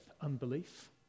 unbelief